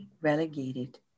relegated